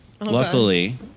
Luckily